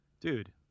dude